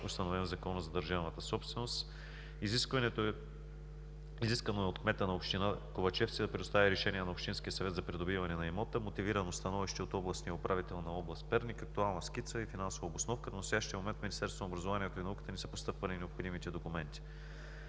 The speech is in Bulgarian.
установен в Закона за държавната собственост. Изискано е от кмета на община Ковачевци да предостави решение на общинския съвет за придобиване на имота, мотивирано становище от областния управител на област Перник, актуална скица и финансова обосновка. До настоящия момент в Министерството на образованието и науката не са постъпвали необходимите документи.